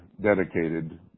dedicated